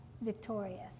victorious